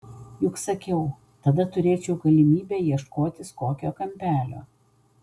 juk sakiau tada turėčiau galimybę ieškotis kokio kampelio